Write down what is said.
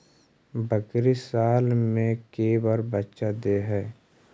बकरी साल मे के बार बच्चा दे है?